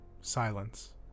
Silence